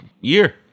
year